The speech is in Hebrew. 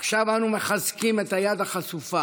ועכשיו אנו מחזקים את היד החשופה.